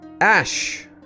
Ash